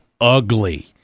ugly